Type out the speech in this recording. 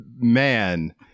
man